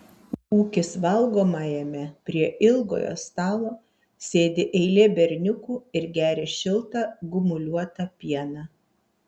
ūkis valgomajame prie ilgojo stalo sėdi eilė berniukų ir geria šiltą gumuliuotą pieną